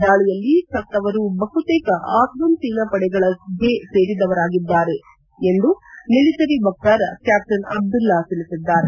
ದಾಳಿಯಲ್ಲಿ ಸತ್ತವರು ಬಹುತೇಕ ಆಫ್ಟನ್ ಸೇನಾವಡೆಗಳಿಗೆ ಸೇರಿದವರಾಗಿದ್ದಾರೆಂದು ಮಿಲಿಟರಿ ವಕ್ತಾರ ಕ್ಯಾಪ್ಸನ್ ಅಬ್ದುಲ್ಲಾ ತಿಳಿಸಿದ್ದಾರೆ